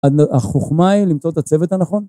החוכמה היא למצוא את הצוות הנכון?